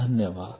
धन्यवाद